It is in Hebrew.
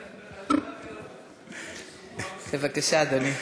בבקשה, אדוני.